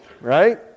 right